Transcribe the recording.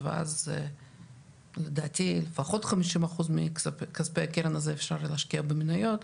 ואז לדעתי פחות חמישים אחוז מכספי הקרן הזו אפשר להשקיע במניות.